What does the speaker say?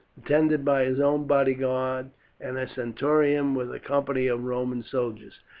attended by his own bodyguard and a centurion with a company of roman soldiers.